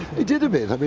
it did a bit, i mean